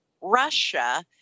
Russia